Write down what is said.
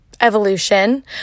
evolution